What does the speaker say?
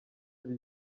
ari